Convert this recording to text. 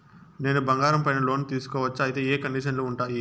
నేను బంగారం పైన లోను తీసుకోవచ్చా? అయితే ఏ కండిషన్లు ఉంటాయి?